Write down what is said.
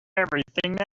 everything